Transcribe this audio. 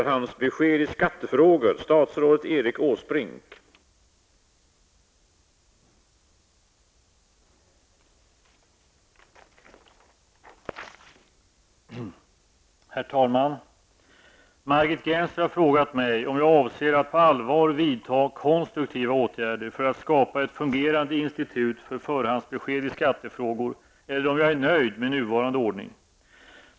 Herr talman! Margit Gennser har frågat mig om jag avser att på allvar vidta konstruktiva åtgärder för att skapa ett fungerande institut för förhandsbesked i skattefrågor eller om jag är nöjd med nuvarande ordning.